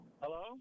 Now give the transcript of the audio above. Hello